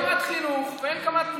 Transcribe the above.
כל עוד אין קמ"ט חינוך ואין קמ"ט פנים,